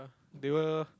they were